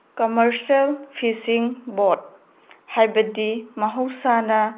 commercial fishing boat ꯍꯥꯏꯕꯗꯤ ꯃꯍꯧꯁꯥꯅ